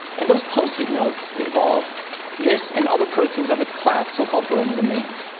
and those post-it notes involve this and other proteins of its class so-called bromodomains.